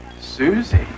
Susie